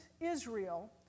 Israel